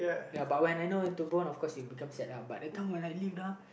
ya but I know to boom of course you become sad lah but that time when I lead uh